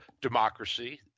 democracy